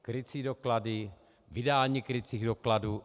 Krycí doklady, vydání krycích dokladů.